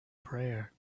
prayer